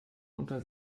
unter